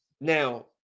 now